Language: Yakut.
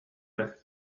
эрэ